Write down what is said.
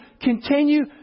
continue